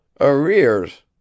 Arrears